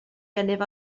gennyf